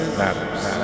matters